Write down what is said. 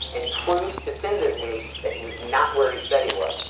and proves definitively that he was not where he said he was.